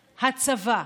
הצבא.